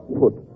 put